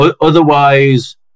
otherwise